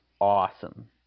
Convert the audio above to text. awesome